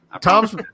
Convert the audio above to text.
Tom's